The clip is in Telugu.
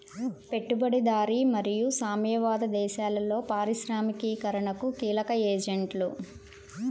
పెట్టుబడిదారీ మరియు సామ్యవాద దేశాలలో పారిశ్రామికీకరణకు కీలక ఏజెంట్లు